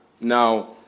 Now